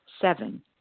Seven